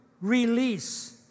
release